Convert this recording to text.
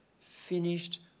finished